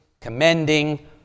commending